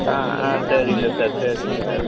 ஆ ஆ சரிங்க சார் சரிங்க சார்